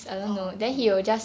orh okay